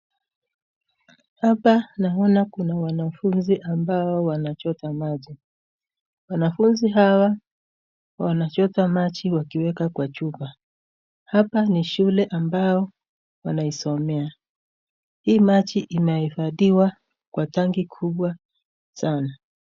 Hapa naona kuna wanafunzi ambao wanachota maji, wanafunzi hawa wanachota maji wakiweka kwa chupa , hapa ni shule ambao wanaisomea , hii maji imehifasadhiwa kwa tanki kubwa sana.